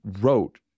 wrote